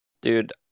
Dude